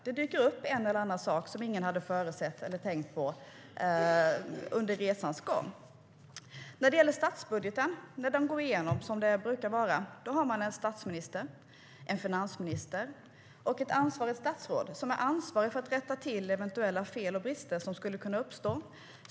Det dyker upp en och annan sak som ingen har förutsett eller tänkt på under resans gång. När statsbudgeten går igenom, vilket den brukar göra, har man en statsminister, en finansminister och statsråd som är ansvariga för att rätta till de eventuella fel och brister som kan uppstå.